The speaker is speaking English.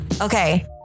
Okay